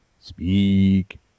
Speak